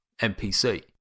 NPC